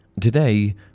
Today